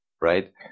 right